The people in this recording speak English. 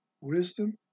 wisdom